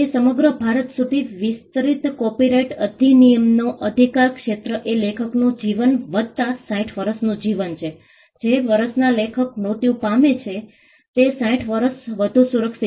તે સમગ્ર ભારત સુધી વિસ્તરિત કોપિરાઇટ અધિનિયમનો અધિકારક્ષેત્ર એ લેખકનું જીવન વત્તા 60 વર્ષનું જીવન છે જે વર્ષમાં લેખક મૃત્યુ પામે છે તે 60 વર્ષ વધુ સુરક્ષિત છે